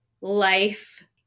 life